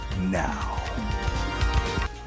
now